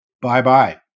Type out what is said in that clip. bye-bye